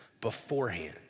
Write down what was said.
beforehand